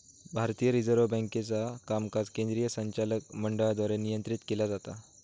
भारतीय रिझर्व्ह बँकेचा कामकाज केंद्रीय संचालक मंडळाद्वारे नियंत्रित केला जाता